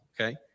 Okay